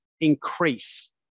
increase